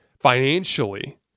financially